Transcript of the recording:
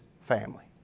family